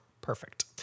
Perfect